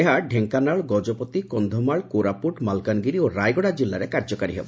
ଏହା ଡେଙ୍କାନାଳ ଗଜପତି କନ୍ଧମାଳ କୋରାପୁଟ ମାଲକାନଗିରି ଓ ରାୟଗଡ଼ା ଜିଲ୍ଲାରେ କାର୍ଯ୍ୟକାରୀ ହେବ